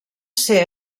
ser